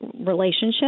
relationship